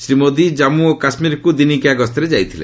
ଶ୍ରୀ ମୋଦି ଜନ୍ମୁ ଓ କାଶ୍ମୀରକୁ ଦିନିକିଆ ଗସରେ ଯାଇଛନ୍ତି